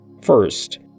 First